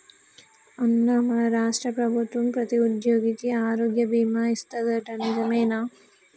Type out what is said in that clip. అన్నా మన రాష్ట్ర ప్రభుత్వం ప్రతి ఉద్యోగికి ఆరోగ్య బీమా ఇస్తాదట నిజమేనా